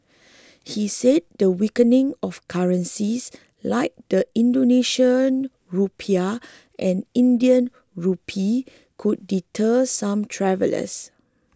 he said the weakening of currencies like the Indonesian Rupiah and Indian Rupee could deter some travellers